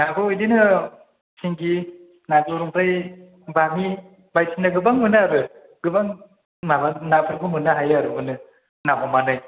नाखौ बिदिनो सिंगि मागुर ओमफ्राय बामि बायदिसिना गोबां मोनो आरो गोबां माबा नाफोरखौ मोननो हायो आरो मोनो माफा मानै